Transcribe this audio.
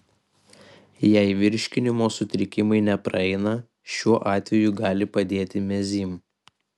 jei virškinimo sutrikimai nepraeina šiuo atveju gali padėti mezym